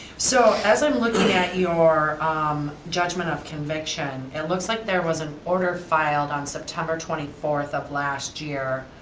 so as i'm looking at your um judgment of conviction. it looks like there was an order filed on september twenty fourth of last year,